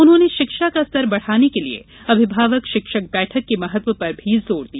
उन्होंने शिक्षा का स्तर बढ़ाने के लिए अभिभावक शिक्षक बैठक के महत्व पर भी जोर दिया